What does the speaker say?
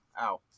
Ow